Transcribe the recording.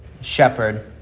shepherd